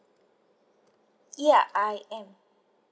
ya I am